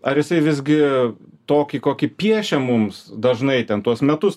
ar jisai visgi tokį kokį piešia mums dažnai ten tuos metus